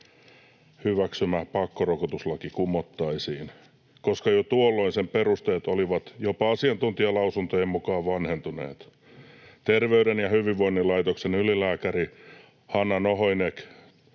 hyväksymä pakkorokotuslaki kumottaisiin, koska jo tuolloin sen perusteet olivat jopa asiantuntijalausuntojen mukaan vanhentuneet. Terveyden ja hyvinvoinnin laitoksen ylilääkäri Hanna Nohynek